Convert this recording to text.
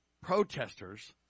protesters